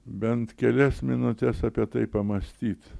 bent kelias minutes apie tai pamąstyt